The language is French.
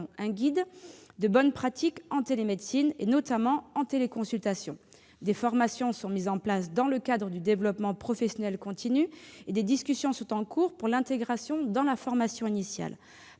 un guide de bonnes pratiques en télémédecine, notamment en téléconsultation. Des formations sont mises en place dans le cadre du développement professionnel continu et des discussions sont en cours pour l'intégration dans la formation initiale.